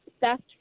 best